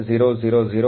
8000 ಗಿಂತ 0